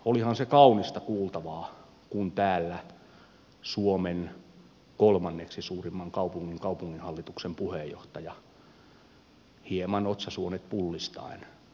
olihan se kaunista kuultavaa kun täällä suomen kolmanneksi suurimman kaupungin kaupunginhallituksen puheenjohtaja hieman otsasuonet pullistaen puhui kuntarakenteesta